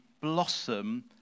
blossom